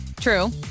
True